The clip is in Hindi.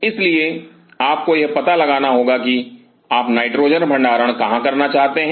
इसलिए आपको यह पता लगाना होगा कि आप नाइट्रोजन भंडारण कहां करना चाहते हैं